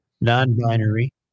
non-binary